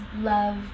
love